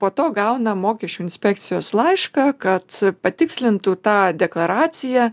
po to gauna mokesčių inspekcijos laišką kad patikslintų tą deklaraciją